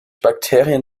bakterien